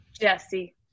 Jesse